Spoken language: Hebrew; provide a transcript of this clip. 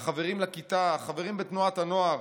החברים לכיתה, החברים לתנועת הנוער.